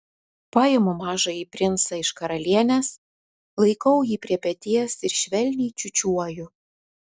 paimu mažąjį princą iš karalienės laikau jį prie peties ir švelniai čiūčiuoju